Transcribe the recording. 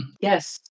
Yes